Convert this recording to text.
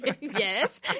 Yes